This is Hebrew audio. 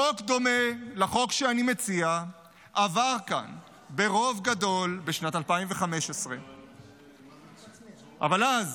חוק דומה לחוק שאני מציע עבר כאן ברוב גדול בשנת 2015. אבל אז,